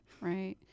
Right